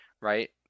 right